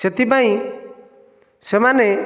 ସେଥିପାଇଁ ସେମାନେ